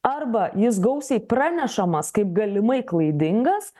arba jis gausiai pranešamas kaip galimai klaidingas